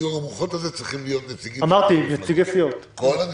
שבסיעור המוחות הזה צריכים להיות נציגים של כל המפלגות.